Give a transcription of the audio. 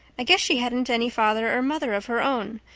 i guess she hadn't any father or mother of her own.